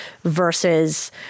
versus